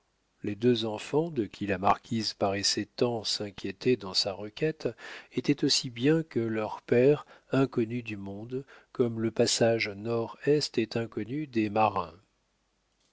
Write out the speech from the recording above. les deux enfants de qui la marquise paraissait tant s'inquiéter dans sa requête étaient aussi bien que leur père inconnus du monde comme le passage nord-est est inconnu des marins